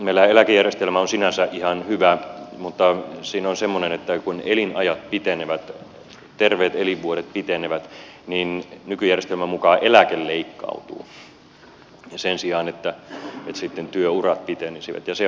meillähän eläkejärjestelmä on sinänsä ihan hyvä mutta siinä on semmoinen että kun elinajat pitenevät terveet elinvuodet lisääntyvät niin nykyjärjestelmän mukaan eläke leikkautuu sen sijaan että työurat pitenisivät